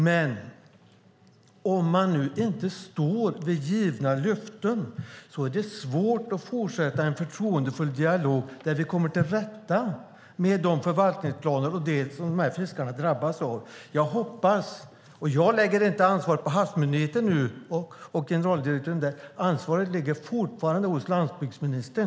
Men om myndigheten nu inte står vid givna löften är det svårt att fortsätta en förtroendefull dialog där vi kommer till rätta med de förvaltningsplaner och sådant som de här fiskarna drabbas av. Jag lägger inte ansvaret på Havsmyndigheten och generaldirektören där, ansvaret ligger fortfarande hos landsbygdsministern.